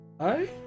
Hi